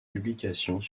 publications